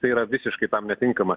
tai yra visiškai tam netinkama